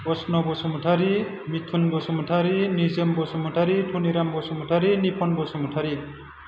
प्रस्न' बसुमतारी मिथुन बसुमतारी निजोम बसुमतारी थनिराम बसुमतारी निपन बसुमतारी